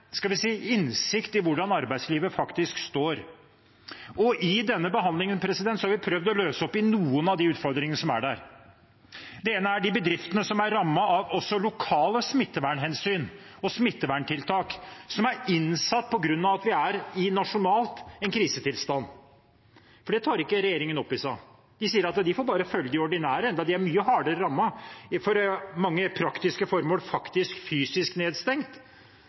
skal vi si – innsikt i hvordan arbeidslivet faktisk står. I denne behandlingen har vi prøvd å løse opp i noen av de utfordringene som er der. Det ene er de bedriftene som også er rammet av lokale smittevernhensyn og smitteverntiltak som er innført fordi vi er i en nasjonal krisetilstand. Det tar ikke regjeringen opp i seg. De sier at de bare får følge de ordinære, enda de er mye hardere rammet og for mange praktiske formål faktisk fysisk nedstengt